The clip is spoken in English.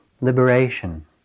liberation